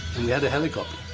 we had a helicopter,